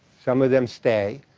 some of them stay.